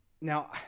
now